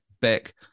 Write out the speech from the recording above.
back